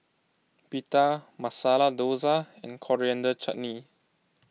Pita Masala Dosa and Coriander Chutney